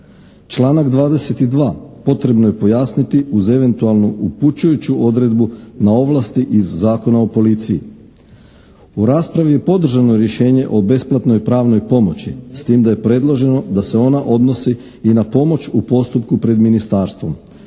Članak 22. potrebno je pojasniti uz eventualnu upučujuću odredbu na ovlasti iz Zakona o policiji. U raspravi je podržano rješenje o besplatnoj pravnoj pomoći s tim da je predloženo da se ona odnosi i na pomoć u postupku pred ministarstvom.